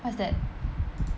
what's that